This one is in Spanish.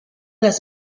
las